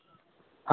हॅं तऽ सर